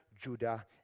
Judah